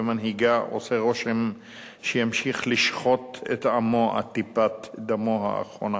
ומנהיגה עושה רושם שימשיך לשחוט את עמו עד טיפת דמו האחרונה,